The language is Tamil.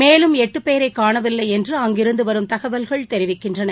மேலும் எட்டுபேரைகாணவில்லைஎன்று அங்கிருந்துவரும் தகவல்கள் தெரிவிக்கின்றன